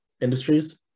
industries